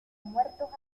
muertos